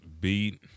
beat